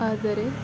ಆದರೆ